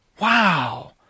Wow